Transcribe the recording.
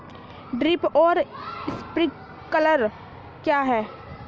Drip और sprinkler क्या हैं?